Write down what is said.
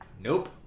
Nope